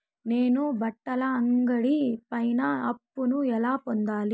నేను బట్టల అంగడి పైన అప్పును ఎలా పొందాలి?